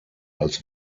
als